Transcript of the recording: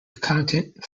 accountant